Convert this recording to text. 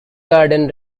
garden